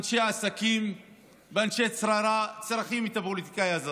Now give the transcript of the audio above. אנשי עסקים ואנשי שררה צריכים את הפוליטיקאי הזה